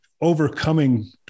overcoming